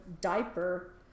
diaper